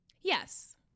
Yes